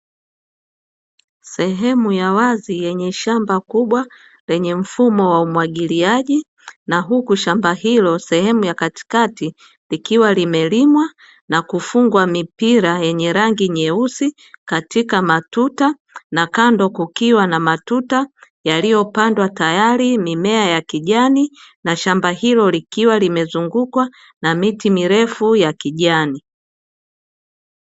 Sehemu ya wazi yenye shamba kubwa lenye mfumo wa umwagiliaji na huku shamba hilo, sehemu ya katikati likiwa limelimwa na kufungwa mipira yenye rangi nyeusi katika matuta na kando kukiwa na matuta yaliyopandwa tayari mimea ya kijani, na shamba hilo likiwa limezungukwa na miti mirefu ya kijani.